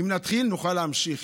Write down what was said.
אם נתחיל נוכל להמשיך.